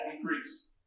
increase